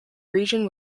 region